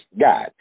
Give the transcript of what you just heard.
God